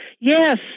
Yes